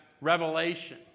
revelation